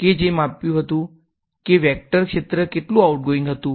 કે જે માપ્યું કે વેક્ટર ક્ષેત્ર કેટલું આઉટગોઇંગ હતું